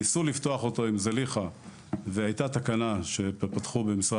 ניסו לפתוח אותו עם זליכה והייתה תקנה שפיתחו במשרד